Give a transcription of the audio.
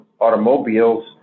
automobiles